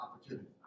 opportunity